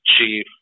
chief